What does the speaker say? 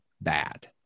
bad